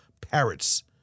parrots